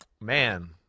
Man